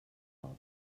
poble